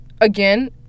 again